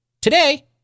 Today